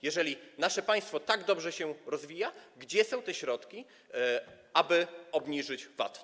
Jeżeli nasze państwo tak dobrze się rozwija, gdzie są te środki, aby obniżyć VAT?